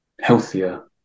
healthier